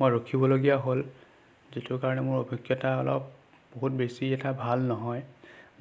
মই ৰখিবলগীয়া হ'ল সেইটোৰ কাৰণে মোৰ অভিজ্ঞতা অলপ বহুত বেছি এটা ভাল নহয়